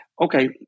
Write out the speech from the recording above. okay